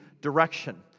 direction